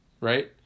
right